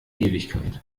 ewigkeit